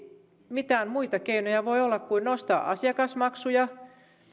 mitään muita keinoja voi olla kuin nostaa asiakasmaksuja